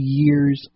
years